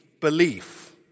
belief